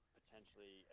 potentially